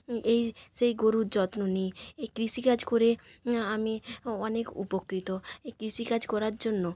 এই সেই গরুর যত্ন নিই এই কৃষিকাজ করে আমি অনেক উপকৃত এই কৃষিকাজ করার জন্য